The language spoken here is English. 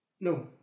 No